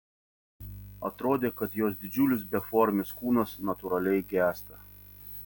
atrodė kad jos didžiulis beformis kūnas natūraliai gęsta